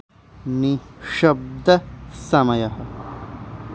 निश्शब्दसमयः